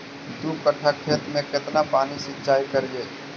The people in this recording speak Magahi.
दू कट्ठा खेत में केतना पानी सीचाई करिए?